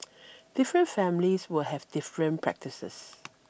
different families will have different practices